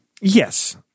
Yes